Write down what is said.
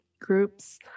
groups